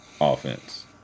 offense